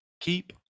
Keep